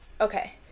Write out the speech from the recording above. Okay